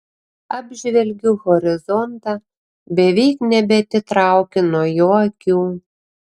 apžvelgiu horizontą beveik nebeatitraukiu nuo jo akių